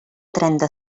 trenta